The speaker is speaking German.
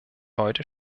heute